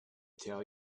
tell